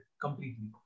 completely